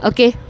Okay